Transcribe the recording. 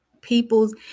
people's